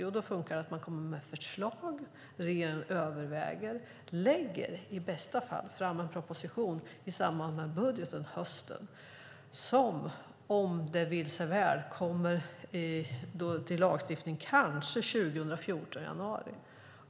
Jo, det fungerar så att man kommer med förslag, regeringen överväger, lägger i bästa fall fram en proposition i samband med budgeten på hösten som om det vill sig väl kommer till lagstiftning i januari 2014.